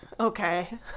Okay